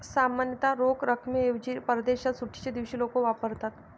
सामान्यतः रोख रकमेऐवजी परदेशात सुट्टीच्या दिवशी लोक वापरतात